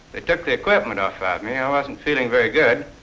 they took the equipment off ah of me. i wasn't feeling very good,